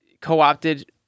co-opted